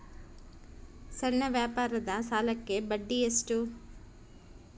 ಸಣ್ಣ ವ್ಯಾಪಾರದ ಸಾಲಕ್ಕೆ ಬಡ್ಡಿ ಎಷ್ಟು?